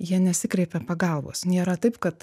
jie nesikreipia pagalbos nėra taip kad